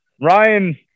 Ryan